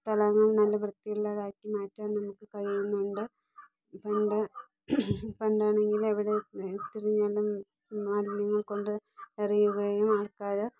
സ്ഥലങ്ങൾ നല്ല വൃത്തിയുള്ളതാക്കി മാറ്റാൻ നമുക്ക് കഴിയുന്നുണ്ട് പണ്ട് പണ്ടാണെങ്കിൽ എവിടെ തിരിഞ്ഞാലും മാലിന്യങ്ങൾ കൊണ്ട് എറിയുകയും അതായത്